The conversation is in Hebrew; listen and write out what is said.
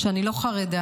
שאני לא חרדה,